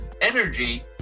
energy